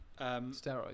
steroids